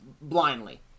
Blindly